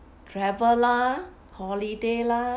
travel lah holiday lah